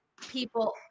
people